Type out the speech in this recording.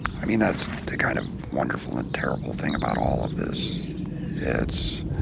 i mean, that's the kind of wonderful and terrible thing about all of this it's